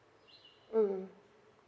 mm